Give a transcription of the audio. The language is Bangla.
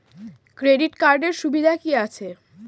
ক্রেডিট কার্ডের সুবিধা কি আছে?